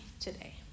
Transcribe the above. today